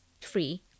free